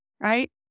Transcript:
right